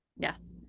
Yes